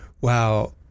wow